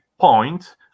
point